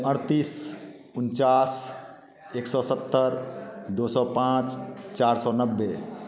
अड़तीस उनचास एक सौ सत्तर दो सौ पाँच चार सौ नब्बे